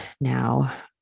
now